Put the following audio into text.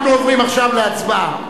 אנחנו עוברים עכשיו להצבעה